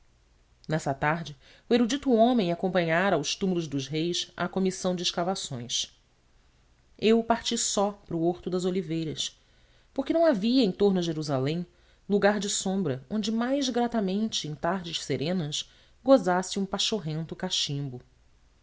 nessa tarde o erudito homem acompanhara aos túmulos dos reis a comissão de escavações eu parti só para o horto das oliveiras porque não havia em torno a jerusalém lugar de sombra onde mais gratamente em tardes serenas gozasse um pachorrento cachimbo